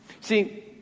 See